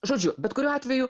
žodžiu bet kuriuo atveju